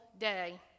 day